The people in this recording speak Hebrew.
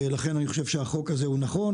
לכן, אני חושב שהחוק הזה נכון